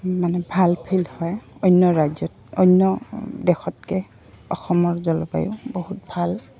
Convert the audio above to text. মানে ভাল ফিল হয় অন্য ৰাজ্যত অন্য দেশতকৈ অসমৰ জলবায়ু বহুত ভাল